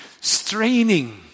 straining